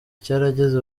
cyarageze